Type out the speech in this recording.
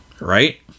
Right